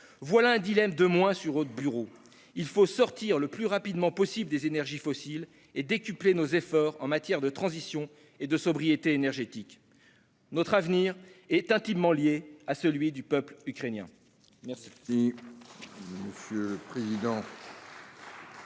Voilà un problème de moins sur votre bureau ! Il faut sortir le plus rapidement possible des énergies fossiles et décupler nos efforts en matière de transition et de sobriété énergétiques. Notre avenir est intimement lié à celui du peuple ukrainien.